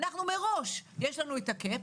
מראש יש לנו את הקאפ,